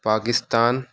Pakistan